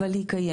אבל היא קיימת.